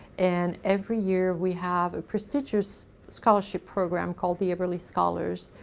and, every year, we have a prestigious scholarship program called the eberly scholars.